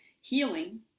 healing